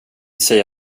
säger